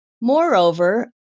Moreover